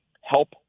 help